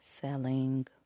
selling